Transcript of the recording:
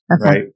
right